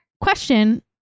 Question